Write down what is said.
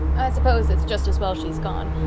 suppose it's just as well she's gone,